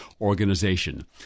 organization